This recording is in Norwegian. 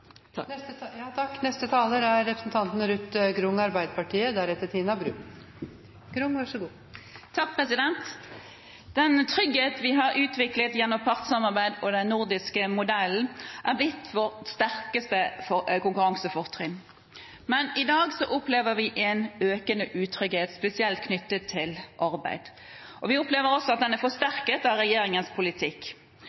Den trygghet vi har utviklet gjennom partssamarbeid og den nordiske modellen er blitt vårt sterkeste konkurransefortrinn. Men i dag opplever vi en økende utrygghet, spesielt knyttet til arbeid, og vi opplever også at den er